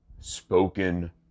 Spoken